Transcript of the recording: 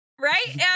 Right